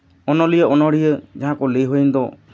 ᱚᱱᱚᱞᱤᱭᱟᱹ ᱚᱱᱚᱲᱦᱤᱭᱟᱹ ᱡᱟᱦᱟᱸ ᱠᱚ ᱞᱟᱹᱭ ᱦᱩᱭᱮᱱ ᱫᱚ